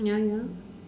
ya ya